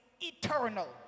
eternal